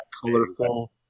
colorful